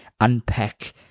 unpack